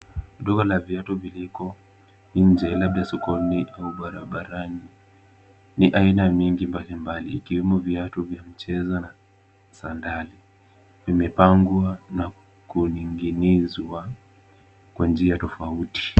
Duka la viatu viliko nje labda sokoni au barabarani. Ni aina mingi mbalimbali, ikiwemo viatu vya mchezo na sandali , vimepangwa na kuning'inizwa kwa njia tofauti.